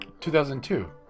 2002